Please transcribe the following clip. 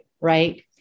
right